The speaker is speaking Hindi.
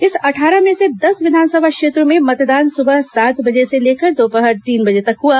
इस अट्ठारह में से देस विधानसभा क्षेत्रों में मतदान सुबह सात बजे से लेकर दोपहर तीन बजे तक हुआ